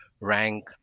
rank